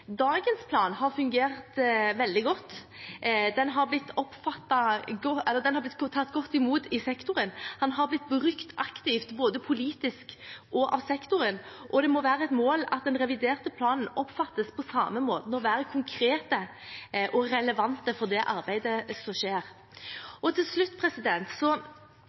Dagens plan har fungert veldig godt, den har blitt tatt godt imot i sektoren, den har blitt brukt aktivt både politisk og av sektoren, og det må være et mål at den reviderte planen oppfattes på samme måten – at den er konkret og relevant for det arbeidet som skjer. Til slutt: